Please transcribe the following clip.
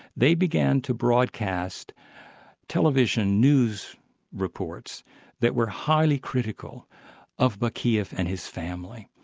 they began to broadcast television news reports that were highly critical of bakiev and his family,